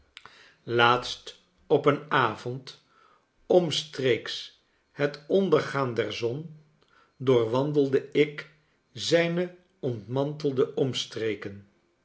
laatst op een avond omstreeks het ondergaan der zon doorwandelde ik zijne ontmantelde omstreken